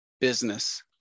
business